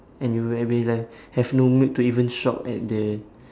and you will be like have no mood to even shop at the